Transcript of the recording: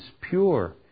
pure